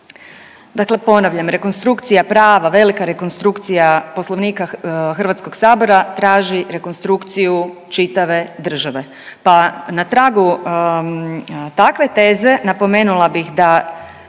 Dakle, ponavljam rekonstrukcija prava, velika rekonstrukcija poslovnika HS-a traži rekonstrukciju čitave, pa na tragu takve teze napomenula bih da